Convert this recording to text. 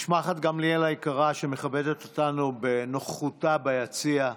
משפחת גמליאל היקרה, שמכבדת אותנו בנוכחותה ביציע,